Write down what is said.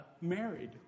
married